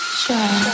sure